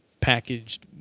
packaged